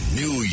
new